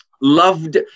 loved